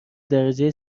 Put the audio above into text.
درجه